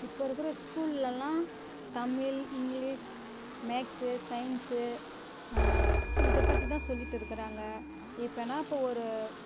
இப்போ இருக்கிற ஸ்கூல்லெல்லாம் தமிழ் இங்கிலீஷ் மேக்ஸு சைன்ஸு இதை பற்றி தான் சொல்லிட்டு இருக்கிறாங்க இப்போனா இப்போ ஒரு